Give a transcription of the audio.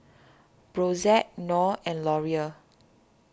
Brotzeit Knorr and Laurier